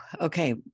Okay